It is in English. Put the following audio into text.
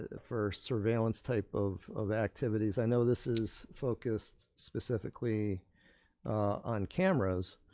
ah for surveillance type of of activities. i know this is focused specifically on cameras,